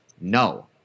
No